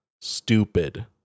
stupid